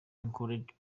included